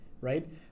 right